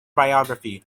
biography